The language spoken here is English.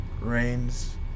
rains